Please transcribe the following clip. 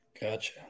gotcha